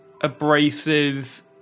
abrasive